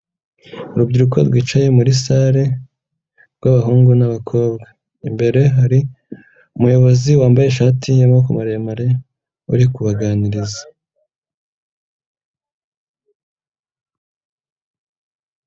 Urubyiruko rwicaye muri salle rw'abahungu n'abakobwa, imbere hari umuyobozi wambaye ishati y'amaboko maremare uri kubaganiriza.